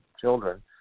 children